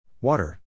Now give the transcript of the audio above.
Water